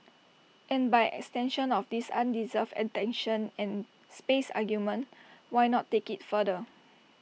and by extension of this undeserved attention and space argument why not take IT further